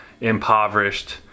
impoverished